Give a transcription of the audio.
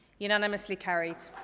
unanimously carried.